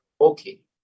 okay